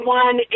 one